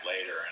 later